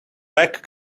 back